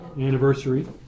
anniversary